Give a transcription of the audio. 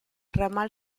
ramal